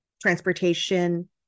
transportation